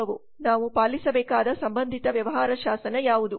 ನಾವು ಪಾಲಿಸಬೇಕಾದ ಸಂಬಂಧಿತ ವ್ಯವಹಾರ ಶಾಸನ ಯಾವುದು